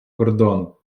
кордону